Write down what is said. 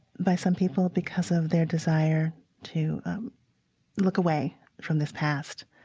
by some people because of their desire to look away from this past.